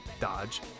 Dodge